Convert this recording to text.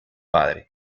padre